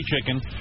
chicken